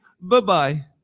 bye-bye